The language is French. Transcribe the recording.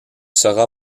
sera